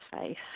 face